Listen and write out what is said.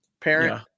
parent